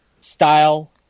style